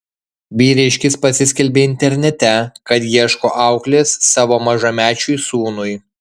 vyriškis pasiskelbė internete kad ieško auklės savo mažamečiui sūnui